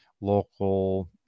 local